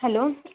hello